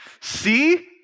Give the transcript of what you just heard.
see